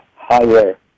higher